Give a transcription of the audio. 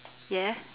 yes